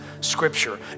scripture